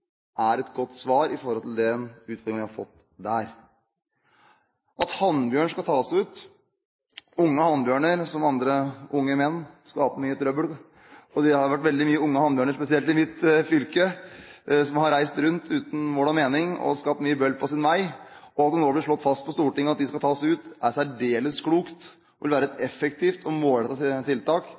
er et godt svar på den utviklingen vi har fått der. Hannbjørn skal tas ut. Unge hannbjørner, som unge menn, skaper mye trøbbel. Det har vært veldig mange unge hannbjørner, spesielt i mitt fylke, som har reist rundt uten mål og mening, og skapt mye bøll på sin vei. Når det nå blir slått fast på Stortinget at de skal tas ut, er det særdeles klokt. Det vil være et effektivt og målrettet tiltak